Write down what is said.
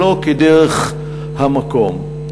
שלא כדרך המקום.